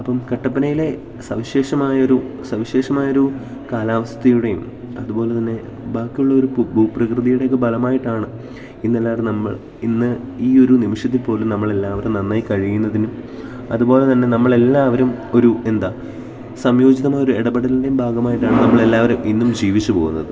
അപ്പോള് കട്ടപ്പനയിലെ സവിശേഷമായൊരു കാലാവസ്ഥയുടെയും അതുപോലെ തന്നെ ബാക്കിയുള്ളൊരു ഭൂപ്രകൃതിയുടെയൊക്കെ ഫലമായിട്ടാണ് ഇന്നെല്ലാവരും നമ്മൾ ഇന്ന് ഈ ഒരു നിമിഷത്തില് പോലും നമ്മളെല്ലാവരും നന്നായി കഴിയുന്നതിനും അതുപോലെ തന്നെ നമ്മളെല്ലാവരും ഒരു എന്താണ് സംയോജിതമായൊരു ഇടപടലിൻ്റേയും ഭാഗമായിട്ടാണ് നമ്മളെല്ലാവരും ഇന്നും ജീവിച്ചു പോകുന്നത്